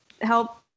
help